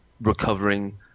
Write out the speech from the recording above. recovering